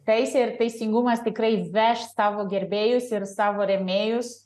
taisė ir teisingumas tikrai veš savo gerbėjus ir savo rėmėjus